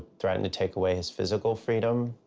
threatened to take away his physical freedom.